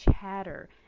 chatter